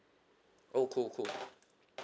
oh cool cool